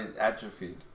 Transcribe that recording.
atrophied